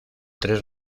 tres